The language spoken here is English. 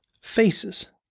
faces